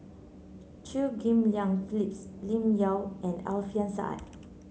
Chew Ghim Lian Phyllis Lim Yau and Alfian Sa'at